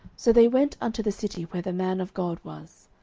so they went unto the city where the man of god was.